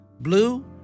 blue